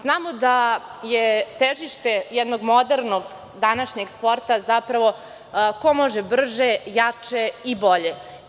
Znamo da je težište jednog modernog današnjeg sporta zapravo ko može brže, jače i bolje.